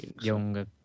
younger